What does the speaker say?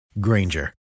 Granger